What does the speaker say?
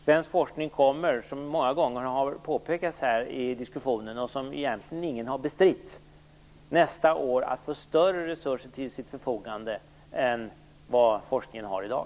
Svensk forskning kommer, vilket många gånger har påpekats här i diskussionen och vilket egentligen ingen har bestritt, nästa år att få större resurser till sitt förfogande än vad forskningen har i dag.